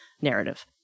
narrative